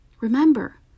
Remember